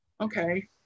Okay